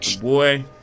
Boy